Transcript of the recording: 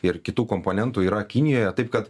ir kitų komponentų yra kinijoje taip kad